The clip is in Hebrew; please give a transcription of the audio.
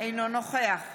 אינו נוכח